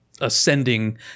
ascending